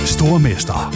Stormester